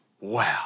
Wow